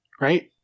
right